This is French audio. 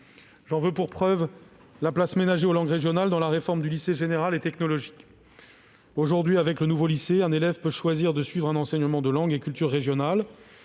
J'en veux pour preuve la place ménagée aux langues régionales dans la réforme du lycée général et technologique. Aujourd'hui, avec le nouveau lycée, un élève peut choisir de suivre un enseignement de langue et de culture régionales